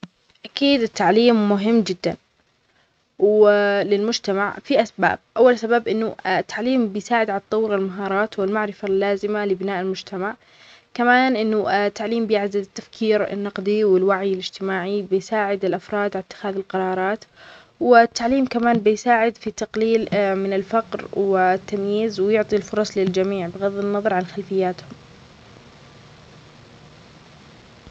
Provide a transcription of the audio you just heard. نعم، التعليم مهم جدًا للمجتمع لأنه يساعد في تطوير الأفراد وتحقيق إمكاناتهم. يعزز التعليم الوعي بالقضايا الاجتماعية والاقتصادية، ويوفر المهارات اللازمة للعمل والإنتاج. بعد، التعليم يساهم في خلق مجتمع أكثر تماسكًا وابتكارًا، ويساعد في بناء المستقبل بشكل أفضل للأجيال القادمة.